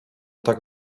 tak